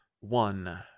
one